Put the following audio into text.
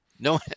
No